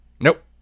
Nope